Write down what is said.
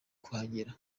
kuhagera